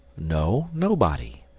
no, nobody.